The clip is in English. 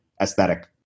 aesthetic